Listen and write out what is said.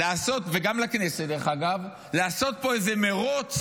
וגם לכנסת, דרך אגב, לעשות פה איזה מרוץ